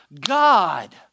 God